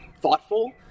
thoughtful